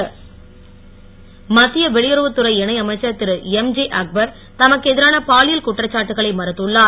அக்பர் மத்திய வெளியுறவுத் துறை இணை அமைச்சர் திரு எம்ஜே அக்பர் தமக்கு எதிரான பாலியல் குற்றச்சாட்டுக்களை மறுத்துள்ளார்